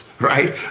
right